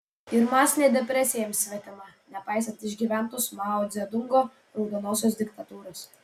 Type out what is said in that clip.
ir masinė depresija jiems svetima nepaisant išgyventos mao dzedungo raudonosios diktatūros